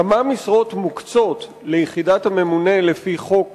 שאלותי הנוספות בנושא זה: כמה משרות מוקצות ליחידת הממונה לפי חוק